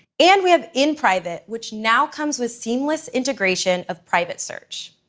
and we have in-private, which now comes with seamless integration of private search.